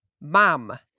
MOM